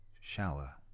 shower